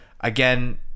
again